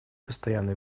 постоянно